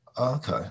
Okay